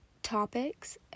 topics